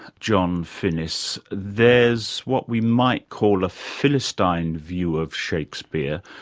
john finnis, there's what we might call a philistine view of shakespeare,